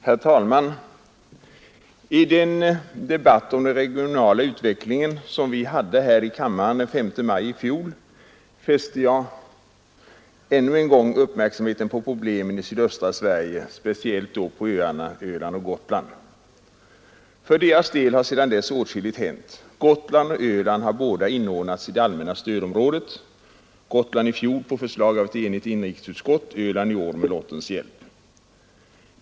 Herr talman! I den debatt om den regionala utvecklingen som vi hade här i kammaren den 5 maj i fjol, fäste jag ännu en gång uppmärksamheten på problemen i sydöstra Sverige, speciellt på öarna Öland och Gotland. För deras del har sedan dess åtskilligt hänt. Gotland och Öland har båda inordnats i det allmänna stödområdet, Gotland i fjol på förslag av ett enigt inrikesutskott, Öland i år med lottens hjälp.